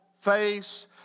face